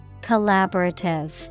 Collaborative